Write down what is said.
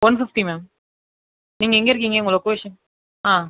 one fifty ma'am நீங்கள் எங்கே இருக்கீங்கள் உங்கள் லொக்கேஷன் ஆ